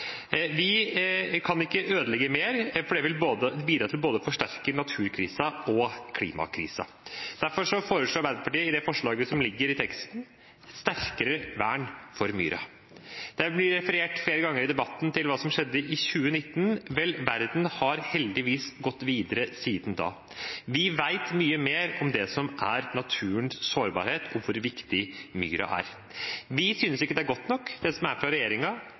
Vi kan ikke ødelegge mer, for det vil bidra til å forsterke både naturkrisen og klimakrisen. Derfor foreslår Arbeiderpartiet i det forslaget som ligger i innstillingen, sterkere vern for myra. Det er blitt referert flere ganger i debatten til hva som skjedde i 2019. Vel, verden har heldigvis gått videre siden da. Vi vet mye mer om det som er naturens sårbarhet, og om hvor viktig myra er. Vi synes ikke det er godt nok, det som kommer fra